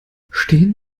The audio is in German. stehen